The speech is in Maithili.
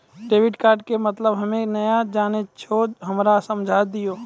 डेबिट कार्ड के मतलब हम्मे नैय जानै छौ हमरा समझाय दियौ?